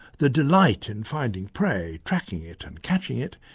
the delight in finding prey, tracking it and catching it,